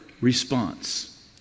response